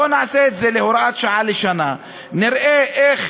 בואו נעשה זה להוראת שעה לשנה, נראה איך